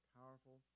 powerful